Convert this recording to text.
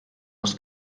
aus